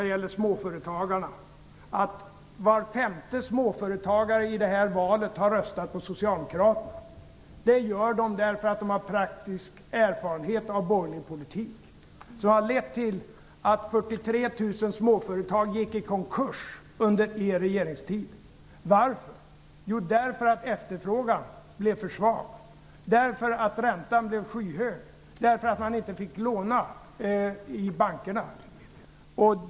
I det här valet har faktiskt var femte småföretagare röstat på socialdemokraterna. Det gör de därför att de har praktisk erfarenhet av borgerlig politik. Den ledde till att 43 000 småföretag gick i konkurs under er regeringstid. Varför? Jo, därför att efterfrågan blev för svag, därför att räntan blev skyhög, därför att man inte fick låna i bankerna!